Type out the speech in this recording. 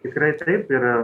tikrai taip ir